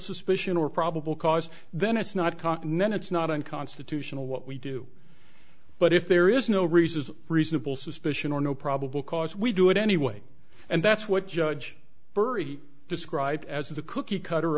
suspicion or probable cause then it's not caught and then it's not unconstitutional what we do but if there is no reason is reasonable suspicion or no probable cause we do it anyway and that's what judge burry described as a cookie cutter